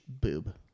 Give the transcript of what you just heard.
boob